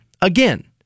again